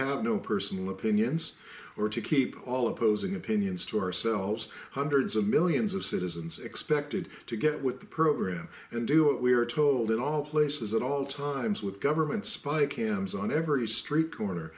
have no personal opinions or to keep all opposing opinions to ourselves hundreds of millions of citizens expected to get with the program and do it we are told in all places at all times with government spy cams on every street corner